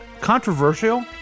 controversial